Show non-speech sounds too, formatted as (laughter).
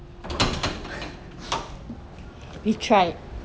(laughs)